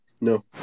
No